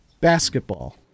basketball